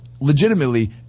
legitimately